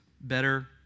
better